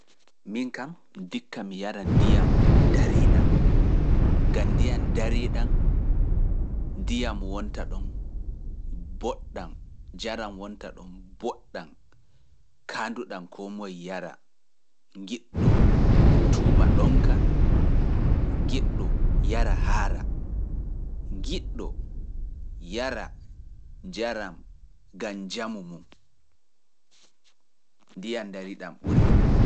Min kam, ndiyam darii ɗam, ngam ndiyam darii ɗam, ndiyam wonta ɗon, boɗɗam, jaram wonta ɗon, boɗɗam, kaandu ɗam koo moye yara, ngiɗɗo tuuɓa ɗonka, ngiɗɗo yara haara, ngiɗɗo y yara, njaram, gam jamu mum. Ndiyan ndari ɗam ɓuri.